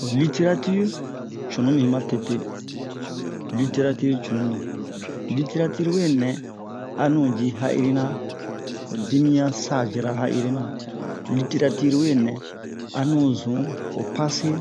ho literatire cunumi matete literatire cunumi literatire we nɛ a nu ji ha'irina ho dimiyan saze-ra ha'irina literatire we nɛ a zun o pase